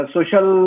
Social